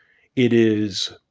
it is,